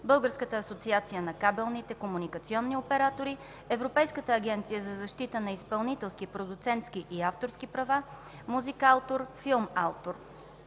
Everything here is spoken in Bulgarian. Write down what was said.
Българската асоциация на кабелните комуникационни оператори, Европейската агенция за защита на изпълнителски, продуцентските и авторски права, „Музикаутор”, „Филмаутор”.